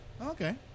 Okay